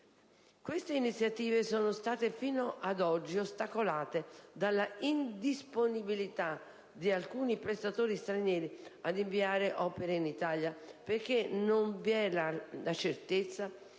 Queste iniziative sono state fino ad oggi ostacolate dalla indisponibilità di alcuni prestatori stranieri ad inviare opere in Italia, perché non vi era la certezza